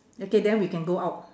okay then we can go out